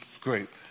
group